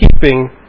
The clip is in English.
keeping